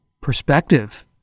perspective